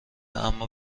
اما